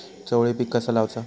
चवळी पीक कसा लावचा?